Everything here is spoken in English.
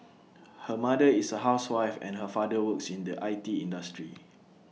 her mother is A housewife and her father works in the I T industry